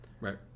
right